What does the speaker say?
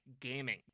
gaming